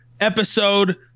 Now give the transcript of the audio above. episode